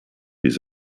les